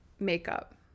makeup